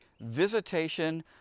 visitation